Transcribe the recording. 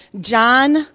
John